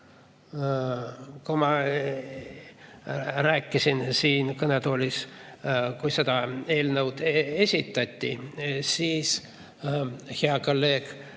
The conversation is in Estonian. Ma rääkisin siin kõnetoolis siis, kui seda eelnõu esitati, ja siis hea kolleeg